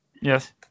Yes